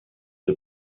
zur